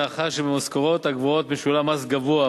מאחר שבמשכורות הגבוהות משולם מס גבוה,